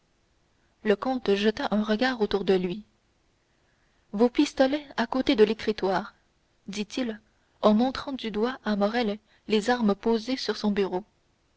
le comte jeta un regard autour de lui vos pistolets à côté de l'écritoire dit-il en montrant du doigt à morrel les armes posées sur son bureau